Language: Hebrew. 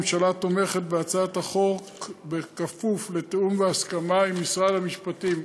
הממשלה תומכת בהצעת החוק בכפוף לתיאום והסכמה עם משרד המשפטים.